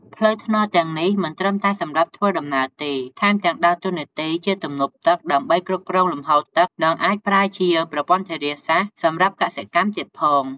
ផ្លូវថ្នល់ទាំងនេះមិនត្រឹមតែសម្រាប់ធ្វើដំណើរទេ ថែមទាំងដើរតួនាទីជា ទំនប់ទឹក ដើម្បីគ្រប់គ្រងលំហូរទឹក និងអាចប្រើជា ប្រព័ន្ធធារាសាស្រ្ត សម្រាប់កសិកម្មទៀតផង។